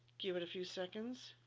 give it a few seconds,